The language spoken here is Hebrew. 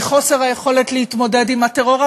מחוסר היכולת להתמודד עם הטרור.